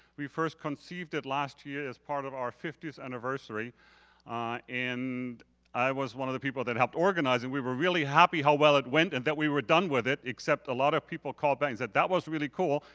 we first conceived it last year as part of our fiftieth anniversary and i was one of the people that helped organize it. we were really happy how well it went and that we were done with it. except a lot of people called in. said that was really cool,